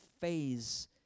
phase